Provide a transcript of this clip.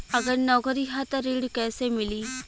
अगर नौकरी ह त ऋण कैसे मिली?